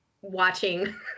watching